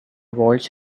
waltz